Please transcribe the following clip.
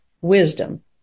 Wisdom